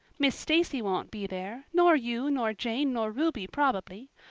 miss stacy won't be there, nor you nor jane nor ruby probably.